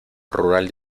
rural